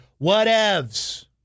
whatevs